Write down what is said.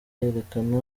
yerekana